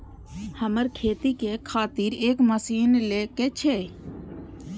हमरा खेती के खातिर एक मशीन ले के छे?